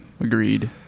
Agreed